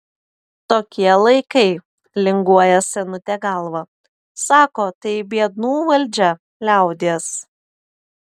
tokie laikai linguoja senutė galva sako tai biednų valdžia liaudies